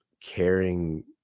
caring